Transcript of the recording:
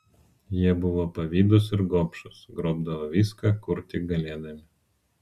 jie buvo pavydūs ir gobšūs grobdavo viską kur tik galėdami